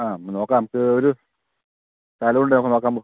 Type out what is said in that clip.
ആ നോക്കാം നമുക്ക് ഒരു സ്ഥലമുണ്ട് നമുക്ക് നോക്കാം